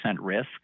risk